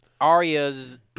Arya's